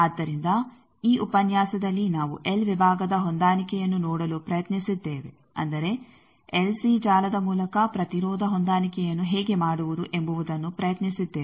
ಆದ್ದರಿಂದ ಈ ಉಪನ್ಯಾಸದಲ್ಲಿ ನಾವು ಎಲ್ ವಿಭಾಗದ ಹೊಂದಾಣಿಕೆಯನ್ನು ನೋಡಲು ಪ್ರಯತ್ನಿಸಿದ್ದೇವೆ ಅಂದರೆ ಎಲ್ಸಿ ಜಾಲದ ಮೂಲಕ ಪ್ರತಿರೋಧ ಹೊಂದಾಣಿಕೆಯನ್ನು ಹೇಗೆ ಮಾಡುವುದು ಎಂಬುವುದನ್ನು ಪ್ರಯತ್ನಿಸಿದ್ದೇವೆ